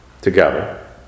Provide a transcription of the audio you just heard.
together